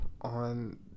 on